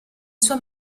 sua